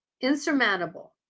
insurmountable